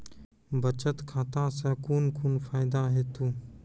बचत खाता सऽ कून कून फायदा हेतु?